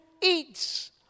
eats